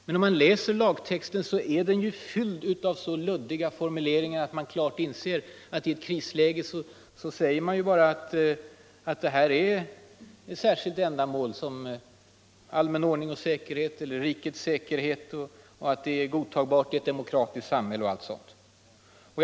Men lagtexten är fylld av så luddiga formuleringar att den som läser den klart inser att man i ett krisläge bara har att säga att det gäller ett särskilt ändamål såsom ”allmän ordning och säkerhet” eller ”rikets säkerhet”, något som är ”godtagbart i ett demokratiskt samhälle” osv.